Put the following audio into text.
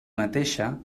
mateixa